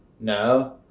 no